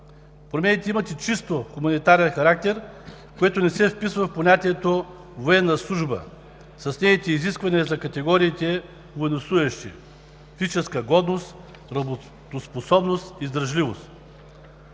Промените имат и чисто хуманитарен характер, което не се вписва в понятието „военна служба“ с нейните изисквания за категориите военнослужещи – физическа годност, работоспособност, издръжливост.